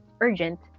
urgent